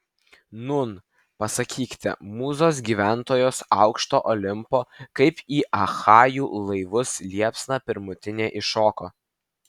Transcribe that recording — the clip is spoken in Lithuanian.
nūn pasakykite mūzos gyventojos aukšto olimpo kaip į achajų laivus liepsna pirmutinė įšoko